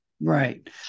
Right